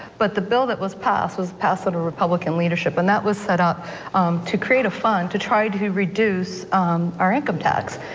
but the bill that was passed was passing the republican leadership and that was set up to create a fund to try to reduce our income tax.